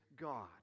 God